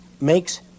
makes